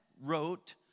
wrote